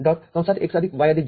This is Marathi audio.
y' x y z